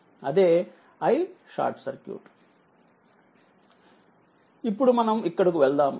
అదే iSC ఇప్పుడుమనం ఇక్కడకు వెళదాము